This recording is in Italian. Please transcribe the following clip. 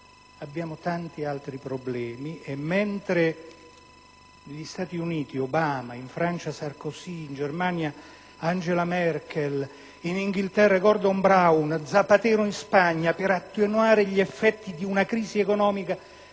abbiamo tanti altri problemi e, mentre negli Stati Uniti Obama, in Francia Sarkozy, in Germania Angela Merkel, in Inghilterra Gordon Brown, in Spagna Zapatero, per attenuare gli effetti di una crisi economica